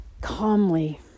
Calmly